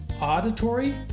auditory